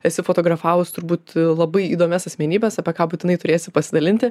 esi fotografavus turbūt labai įdomias asmenybes apie ką būtinai turėsi pasidalinti